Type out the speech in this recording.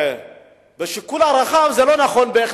בשיקול הרחב זה לא נכון,